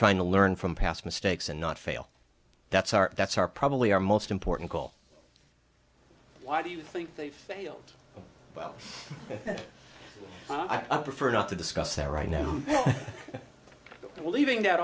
trying to learn from past mistakes and not fail that's our that's our probably our most important goal why do you think they failed well i prefer not to discuss that right now and leaving